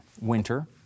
Winter